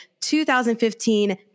2015